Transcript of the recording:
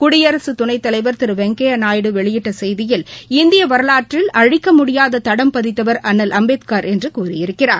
குடியரசுத் துணைத் தலைவர் திரு வெங்கையா நாயுடு வெளியிட்ட செய்தியில் இந்திய வரலாற்றில் அழிக்க முடியாத தடம் பதித்தவர் அண்ணல் அம்பேத்கர் என்று கூறியிருக்கிறார்